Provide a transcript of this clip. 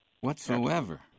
whatsoever